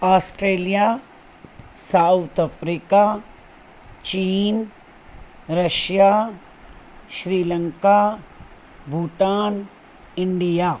Australia South Africa China Russia Sri Lanka Bhutan India